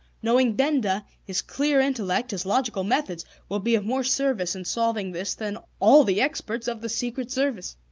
knowing benda, his clear intellect, his logical methods, will be of more service in solving this than all the experts of the secret service.